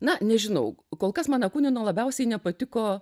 na nežinau kol kas man akunino labiausiai nepatiko